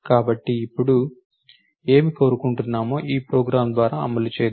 కాబట్టి ఇప్పుడు ఏమి కోరుకుంటున్నామో ఈ ప్రోగ్రామ్ ద్వారా అమలు చేద్దాం